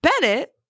Bennett